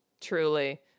Truly